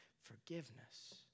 forgiveness